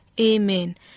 Amen